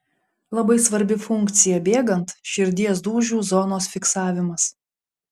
labai svarbi funkcija bėgant širdies dūžių zonos fiksavimas